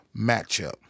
matchup